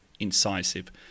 incisive